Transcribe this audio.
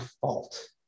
fault